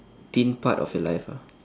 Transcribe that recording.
part of your life ah